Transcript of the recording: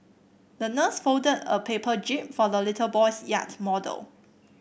the nurse folded a paper jib for the little boy's yacht model